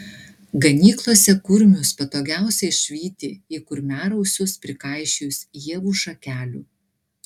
ganyklose kurmius patogiausia išvyti į kurmiarausius prikaišiojus ievų šakelių